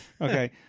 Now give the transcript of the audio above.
Okay